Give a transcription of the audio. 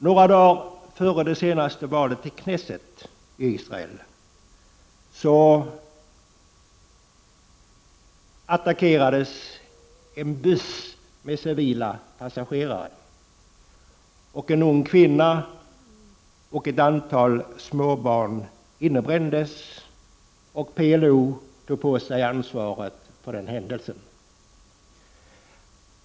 Några dagar före det senaste valet till knesset i Israel attackerades en buss med civila passagerare, och en ung kvinna och ett antal småbarn innebrändes. PLO tog på sig ansvaret för händelsen.